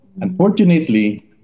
Unfortunately